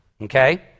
okay